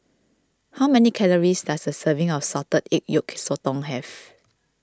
how many calories does a serving of Salted Egg Yolk Sotong have